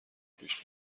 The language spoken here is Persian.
پیش